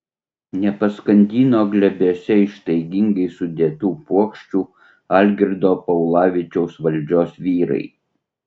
nepaskandino glėbiuose ištaigingai sudėtų puokščių algirdo paulavičiaus valdžios vyrai